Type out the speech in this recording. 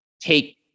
take